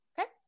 okay